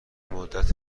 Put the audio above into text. مدت